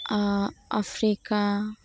Africa